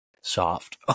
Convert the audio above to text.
soft